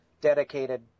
dedicated